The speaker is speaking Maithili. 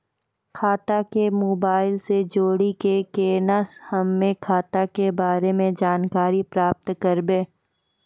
खाता के मोबाइल से जोड़ी के केना हम्मय खाता के बारे मे जानकारी प्राप्त करबे?